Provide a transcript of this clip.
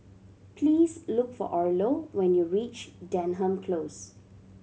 please look for Orlo when you reach Denham Close